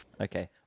okay